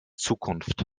zukunft